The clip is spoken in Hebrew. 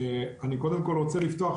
אני קודם כל רוצה לפתוח